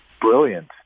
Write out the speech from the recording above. brilliant